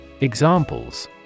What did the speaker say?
Examples